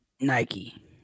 nike